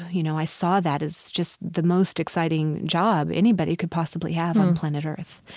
you know, i saw that as just the most exciting job anybody could possibly have on planet earth.